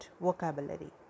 vocabulary